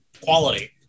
quality